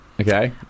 okay